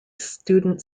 student